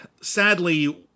sadly